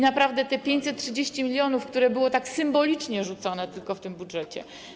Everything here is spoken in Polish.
Naprawdę, te 530 mln, które były tylko tak symbolicznie rzucone w tym budżecie.